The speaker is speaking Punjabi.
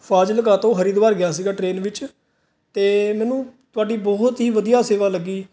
ਫਾਜਲਕਾ ਤੋਂ